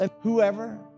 whoever